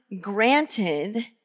granted